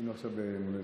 היינו עכשיו ביום הולדת.